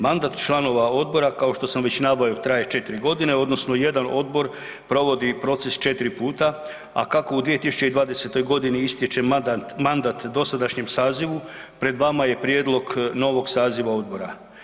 Mandat članova odbora kao što sam već naveo, traje 4 g. odnosno jedan odbor provodi proces 4 puta a kako u 2020. g. istječe mandat dosadašnjem sazivu, pred vama je prijedlog novog saziva odbora.